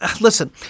listen